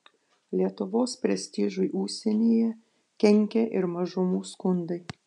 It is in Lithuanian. lietuvos prestižui užsienyje kenkė ir mažumų skundai